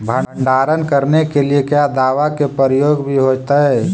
भंडारन करने के लिय क्या दाबा के प्रयोग भी होयतय?